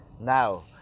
Now